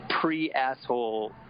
pre-asshole